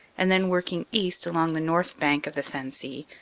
and then working east along the north bank of the sensee,